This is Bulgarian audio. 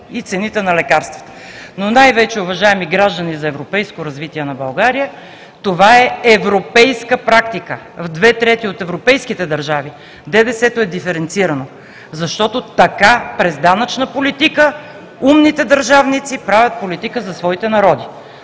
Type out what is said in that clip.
и цените на лекарствата. Но най-вече, уважаеми граждани за европейско развитие на България, това е европейска практика. В две трети от европейските държави ДДС-то е диференцирано, защото така през данъчна политика умните държавници правят политика за своите народи.